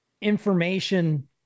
information